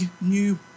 new